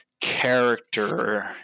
character